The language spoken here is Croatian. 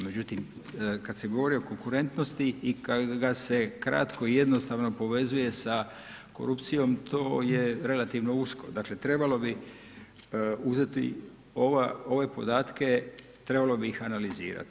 Međutim, kad se govori o konkurentnosti i kad ga se kratko i jednostavno povezuje sa korupcijom to je relativno usko, dakle trebalo bi uzeti ova, ove podatke trebalo bi ih analizirati.